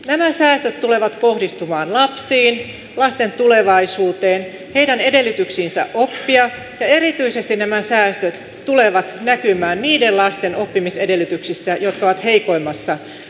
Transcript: nämä säästöt tulevat kohdistumaan lapsiin lasten tulevaisuuteen heidän edellytyksiinsä oppia ja erityisesti nämä säästöt tulevat näkymään niiden lasten oppimisedellytyksissä jotka ovat heikoimmassa asemassa